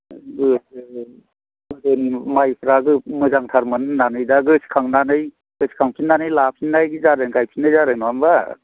गोदो गोदोनि माइफ्रा मोजांथारमोन होननानै दा गोसोखांनानै गोसोखांफिननानै लाफिननाय जादों गायफिननाय जादों नङा होनबा